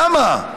למה?